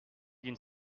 d’une